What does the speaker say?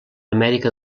amèrica